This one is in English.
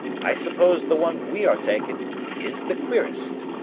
i suppose the one we are takin' is the queerest.